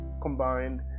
combined